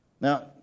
Now